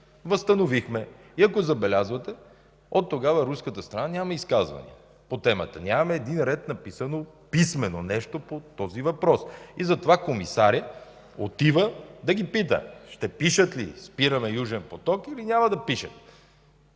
възстановихме. Ако забелязвате, оттогава руската страна няма изказвания по темата. Няма един ред написан, няма нищо писмено по този въпрос. Затова комисарят отива да ги пита: ще пишат ли „Спираме „Южен поток“, или няма да пишат?